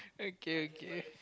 okay okay